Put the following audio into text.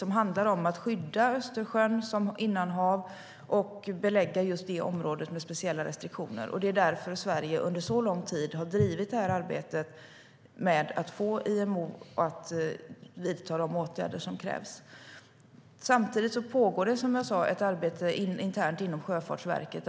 Det handlar om att skydda Östersjön som innanhav och belägga just det området med speciella restriktioner. Det är därför som Sverige under lång tid har drivit arbetet med att få IMO att vidta de åtgärder som krävs. Samtidigt pågår det som jag sa ett internt arbete inom Sjöfartsverket.